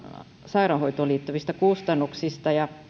sairaanhoitoon liittyvistä kustannuksista